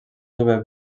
jove